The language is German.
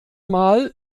mal